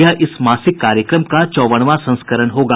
यह इस मासिक कार्यक्रम का चौवनवां संस्करण होगा